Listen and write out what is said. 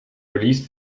release